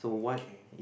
K